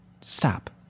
stop